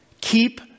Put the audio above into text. Keep